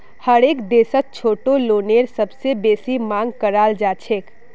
हरेक देशत छोटो लोनेर सबसे बेसी मांग कराल जाछेक